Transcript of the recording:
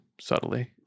subtly